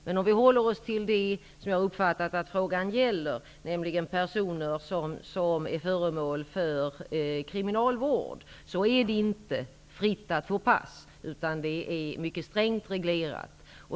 Men om vi håller oss till det, som jag har uppfattat att frågan gäller, nämligen personer som är föremål för kriminalvård, så är det inte fritt att få pass, utan det är mycket strängt reglerat.